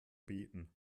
beten